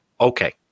Okay